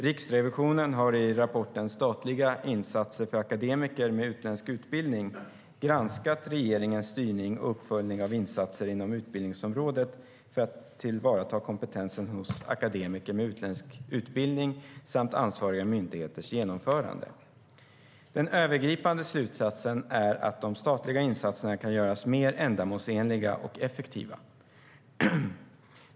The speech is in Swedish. Riksrevisionen har i rapporten Statliga insatser för akademiker med utländsk utbildning granskat regeringens styrning och uppföljning av insatser inom utbildningsområdet för att tillvarata kompetensen hos akademiker med utländsk utbildning samt ansvariga myndigheters genomförande. Den övergripande slutsatsen är att de statliga insatserna kan göras mer ändamålsenliga och effektiva.